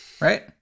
Right